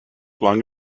long